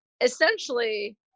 essentially